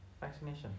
Vaccination